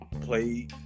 play